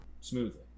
smoothly